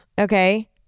Okay